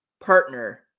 partner